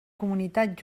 comunitat